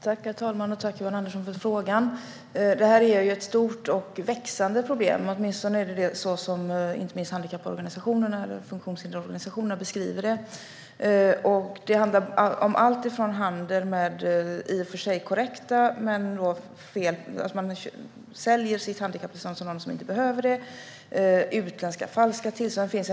Herr talman! Tack, Johan Andersson, för frågan! Det är ett stort och växande problem, åtminstone som inte minst funktionshindersorganisationerna beskriver det. Det handlar om handel - att man säljer sitt korrekta parkeringstillstånd till sådana som inte behöver det - och om utländska falska tillstånd och så vidare.